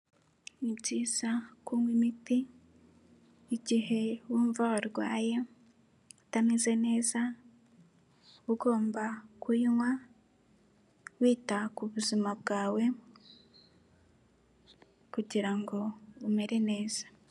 Ni byiza kunywa imiti igihe wumva warwaye utameze neza, uba ugomba kuyinywa wita ku buzima bwawe kugira umere neza.